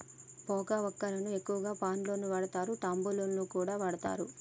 పోక వక్కలు ఎక్కువగా పాన్ లలో వాడుతారు, తాంబూలంలో కూడా వాడుతారు